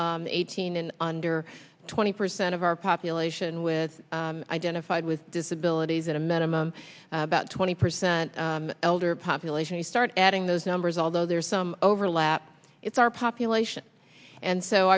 eighteen and under twenty percent of our population with identified with disabilities at a minimum about twenty percent elder population you start adding those numbers although there's some overlap it's our population and so